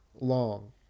long